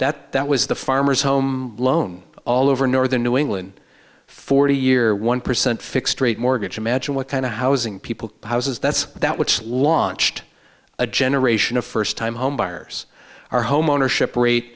that that was the farmer's home loan all over northern new england forty year one percent fixed rate mortgage imagine what kind of housing people houses that's that which launched a generation of first time home buyers or home ownership rate